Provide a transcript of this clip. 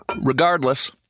Regardless